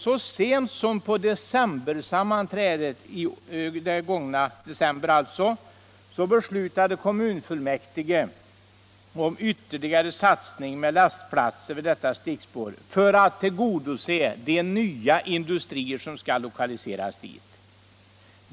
Så sent som på decembersammanträdet förra året beslutade kommunfullmäktige om en ytterligare satsning med lastplatser vid detta stickspår för att tillgodose de nya industrier som skall lokaliseras till området.